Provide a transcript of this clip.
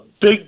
big